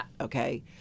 okay